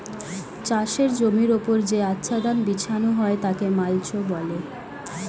চাষের জমির ওপর যে আচ্ছাদন বিছানো হয় তাকে মাল্চ বলে